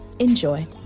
Enjoy